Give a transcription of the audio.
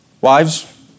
Wives